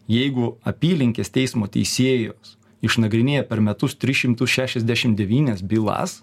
jeigu apylinkės teismo teisėjos išnagrinėja per metus tris šimtus šešiasdešim devynias bylas